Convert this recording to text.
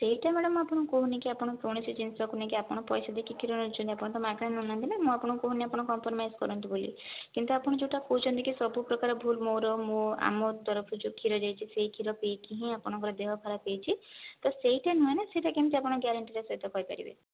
ସେହିଟା ମାଡ଼ାମ ଆପଣଙ୍କୁ କହୁନି କି ଆପଣ କୌଣସି ଜିନିଷକୁ ନେଇକି ଆପଣ ପଇସା ଦେଇକି କ୍ଷୀର ନେଉଛନ୍ତି ଆପଣ ତ ମାଗଣା ନେଉନାହାନ୍ତି ନା ମୁଁ ଆପଣଙ୍କୁ କହୁନି ଆପଣ କମ୍ପରମାଇଜ କରନ୍ତୁୁ ବୋଲି କିନ୍ତୁ ଆପଣ ଯେଉଁଟା କହୁଛନ୍ତି କି ସବୁପ୍ରକାର ଭୁଲ ମୋର ମୁଁ ଆମ ତରଫରୁ ଯେଉଁ କ୍ଷୀର ଯାଇଛି ସେହି କ୍ଷୀର ପିଇକି ହିଁ ଆପଣଙ୍କର ଦେହ ଖରାପ ହୋଇଛି ତ ସେହିଟା ନୁହେଁ ନା ସେହିଟା କେମିତି ଆପଣ ଗ୍ୟାରେଣ୍ଟିର ସହିତ କହିପାରିବେ